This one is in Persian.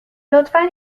لطفا